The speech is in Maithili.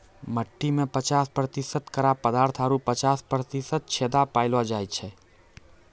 मट्टी में पचास प्रतिशत कड़ा पदार्थ आरु पचास प्रतिशत छेदा पायलो जाय छै